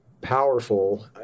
powerful